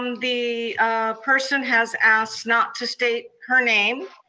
um the person has asked not to state her name,